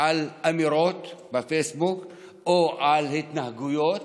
על אמירות בפייסבוק או על התנהגויות,